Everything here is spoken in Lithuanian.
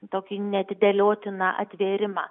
tokį neatidėliotiną atvėrimą